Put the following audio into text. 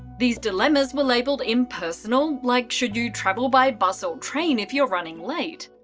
these dilemmas were labelled impersonal like, should you travel by bus or train if you're running late?